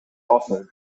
offered